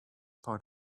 part